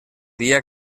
dia